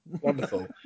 Wonderful